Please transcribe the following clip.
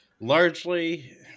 Largely